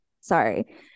sorry